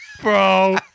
bro